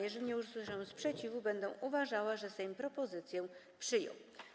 Jeżeli nie usłyszę sprzeciwu, będę uważała, że Sejm propozycję przyjął.